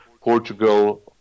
Portugal